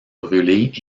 brûlées